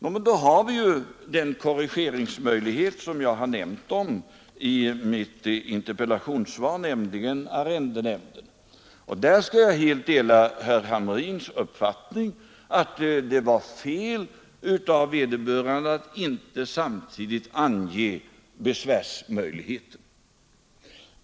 Som jag har nämnt i interpellationssvaret finns det en korrigeringsmöjlighet, nämligen att vända sig till arrendenämnden. Där delar jag emellertid helt herr Hamrins uppfattning att det var fel av vederbörande att inte samtidigt ange den besvärsmöjligheten.